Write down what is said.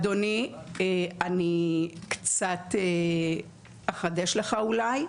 אדוני, אני קצת אחדש לך אולי.